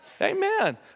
Amen